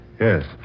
Yes